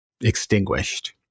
extinguished